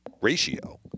ratio